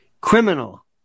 criminal